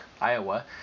Iowa